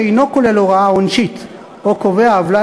שאינו כולל הוראה עונשית או קובע עוולה